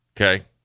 okay